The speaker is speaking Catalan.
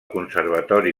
conservatori